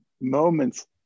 moments